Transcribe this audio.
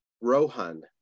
Rohan